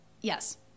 yes